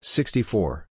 Sixty-four